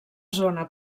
zona